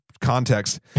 context